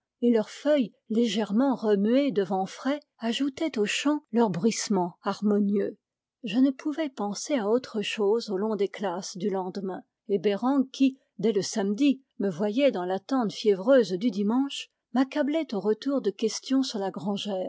et leurs feuilles légèrement remuées de vent frais ajoutaient aux chants leur bruissement harmonieux je ne pouvais penser à autre chose au long des classes du lendemain et bereng qui dès le samedi me voyait dans l'attente fiévreuse du dimanche m'accablait au retour de questions sur la grangère